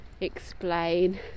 explain